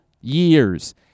years